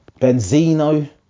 Benzino